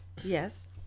Yes